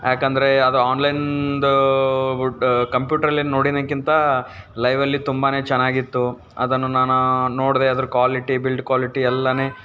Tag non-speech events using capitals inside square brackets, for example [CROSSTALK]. ಯಾಕಂದರೆ ಅದು ಆನ್ಲೈನ್ದು [UNINTELLIGIBLE] ಕಂಪ್ಯೂಟರಲ್ಲಿ ನೋಡಿರೊಕ್ಕಿಂತ ಲೈವಲ್ಲಿ ತುಂಬಾ ಚೆನ್ನಾಗಿತ್ತು ಅದನ್ನು ನಾನು ನೋಡಿದೆ ಅದ್ರ ಕ್ವಾಲಿಟಿ ಬಿಲ್ಡ್ ಕ್ವಾಲಿಟಿ ಎಲ್ಲಾ